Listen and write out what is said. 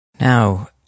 Now